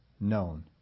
known